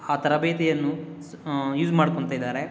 ಆ ತರಬೇತಿಯನ್ನು ಯೂಸ್ ಮಾಡ್ಕೊಳ್ತ ಇದ್ದಾರೆ